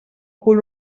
cul